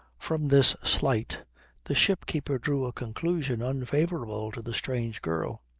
from this slight the ship-keeper drew a conclusion unfavourable to the strange girl.